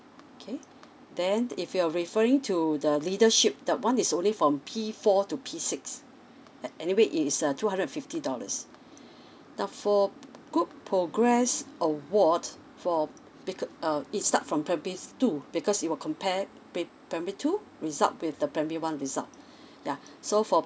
okay then if you are referring to the leadership that one is only form P four to P six at anyway is uh two hundred and fifty dollars now for good progress award for because uh it start from primary two because it will compare bed primary two result with the primary one result eyah so for